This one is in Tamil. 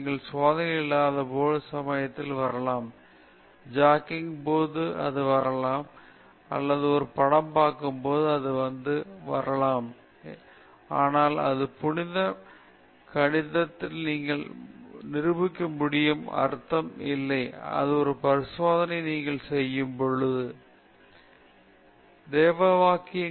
நீங்கள் சோதனை அமைப்பில் இல்லாத சமயத்தில் இது வரலாம் நீங்கள் ஜாகிங் போது அது எங்காவது வர முடியும் அல்லது நீங்கள் ஒரு படம் அல்லது உங்கள் பஸ் அல்லது ஏதாவது அல்லது முழு அல்லது முழுமையான யோசனை வெளிப்படுத்தப்படும் எங்கே அது வர முடியும் ஆனால் அது கணித நீங்கள் நிரூபிக்க முடியும் என்று அர்த்தம் இல்லை இது ஒரு பரிசோதனையை நீங்கள் செய்யும் போது அல்லது இதைப் பெற முடியும் ஆனால் சில நேரங்களில் அந்த எண்ணம் உங்களுக்கு அதிகமாகவோ அல்லது குறைவாகவோ யோசனை முழுமையாகத் தெரிவிக்கிறது